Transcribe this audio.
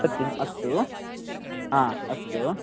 सत्यम् अस्तु आ अस्तु